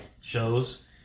shows